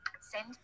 Send